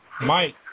Mike